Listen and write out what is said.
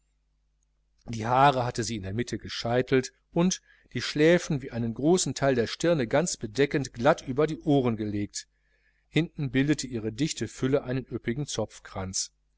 die haare trug sie in der mitte gescheitelt und die schläfen wie einen großen teil der stirne ganz bedeckend glatt über die ohren gelegt hinten bildete ihre dichte fülle einen üppigen